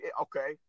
Okay